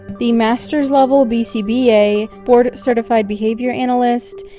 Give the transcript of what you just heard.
the master's level bcba, board certified behavior analyst,